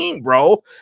bro